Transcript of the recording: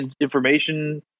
information